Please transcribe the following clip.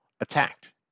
attacked